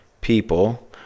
people